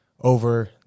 over